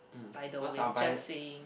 by the way just saying